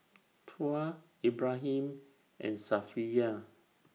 Tuah Ibrahim and Safiya